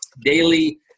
daily